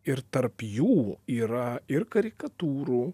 ir tarp jų yra ir karikatūrų